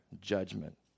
judgment